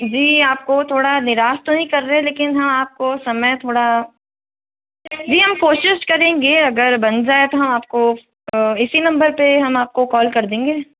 जी आपको थोड़ा निराश तो नहीं कर रहे लेकिन हाँ आपको समय थोड़ा जी हम कोशिश करेंगे अगर बन जाए तो हम आपको इसी नम्बर पे हम आपको कॉल कर देंगे